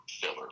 filler